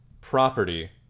property